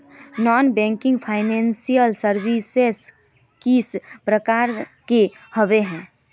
Non banking financial services किस प्रकार के होबे है?